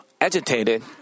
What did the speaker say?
agitated